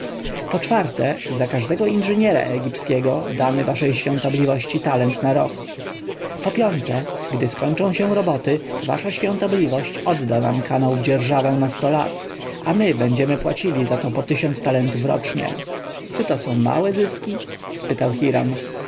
czwarte za każdego inżyniera egipskiego damy waszej świątobliwości talent na rok po piąte gdy skończą się roboty wasza świątobliwość odda nam kanał w dzierżawę na sto lat a my będziemy płacili zato tysiąc talentów rocznie czy to są małe zyski spytał hiram